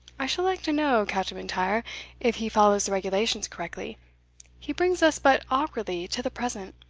i should like to know, captain m'intyre, if he follows the regulations correctly he brings us but awkwardly to the present.